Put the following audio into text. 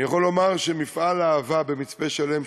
אני יכול לומר שמפעל "אהבה" במצפה-שלם,